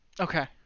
okay